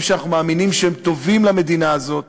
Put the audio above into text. שאנחנו מאמינים שהם טובים למדינה הזאת,